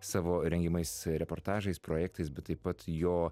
savo rengiamais reportažais projektais bet taip pat jo